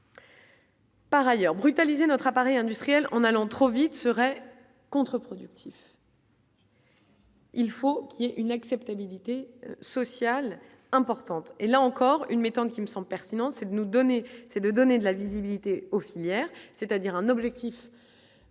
Par ailleurs, brutalisé notre appareil industriel en allant trop vite serait contre-productif. Il faut qu'il y ait une acceptabilité sociale importante et là encore, une méthode qui me semble pertinent, c'est de nous donner, c'est de donner de la visibilité aux filières, c'est-à-dire un objectif